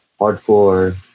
hardcore